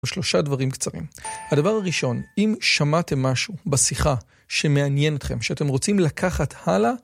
שלושה דברים קצרים. הדבר הראשון: אם שמעתם משהו בשיחה שמעניין אתכם, שאתם רוצים לקחת הלאה